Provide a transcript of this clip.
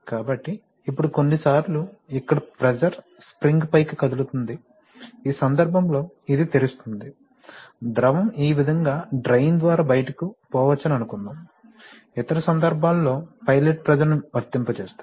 కాబట్టి ఇప్పుడు కొన్నిసార్లు ఇక్కడ ప్రెషర్ స్ప్రింగ్ పైకి కదులుతుంది ఈ సందర్భంలో ఇది తెరుస్తుంది ద్రవం ఈ విధంగా డ్రైన్ ద్వారా బయటకు పోవచ్చని అనుకుందాం ఇతర సందర్భాల్లో పైలట్ ప్రెషర్ ని వర్తింపచేస్తే